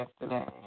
yesterday